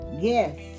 Yes